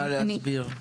נא להסביר.